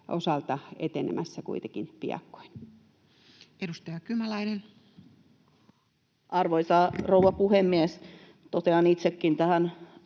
etenemässä piakkoin? Edustaja Kymäläinen. Arvoisa rouva puhemies! Totean itsekin tähän